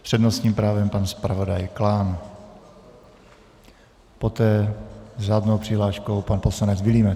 S přednostním právem pan zpravodaj Klán, poté s řádnou přihláškou pan poslanec Vilímec.